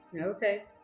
Okay